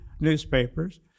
newspapers